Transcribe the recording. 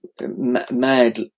mad